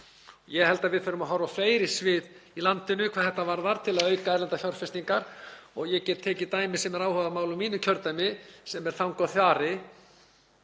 Ég held að við þurfum að horfa á fleiri svið í landinu hvað þetta varðar til að auka erlendar fjárfestingar. Ég get tekið dæmi sem er áhugamál úr mínu kjördæmi sem er þang og þari.